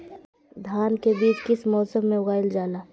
धान के बीज किस मौसम में उगाईल जाला?